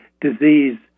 disease